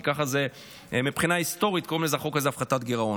כי מבחינה היסטורית קוראים לחוק הזה הפחתת גירעון.